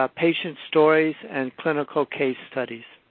ah patients stories, and clinical case studies.